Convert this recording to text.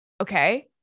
Okay